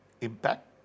impact